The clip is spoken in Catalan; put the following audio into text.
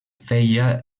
feia